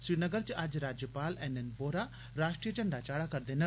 श्रीनगर च अज्ज राज्यपाल एन एन वोहरा राष्ट्रीय झंडा चाढ़ा करदे न